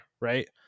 right